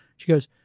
she goes,